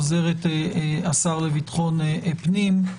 עוזרת השר לביטחון פנים,